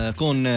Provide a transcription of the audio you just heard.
con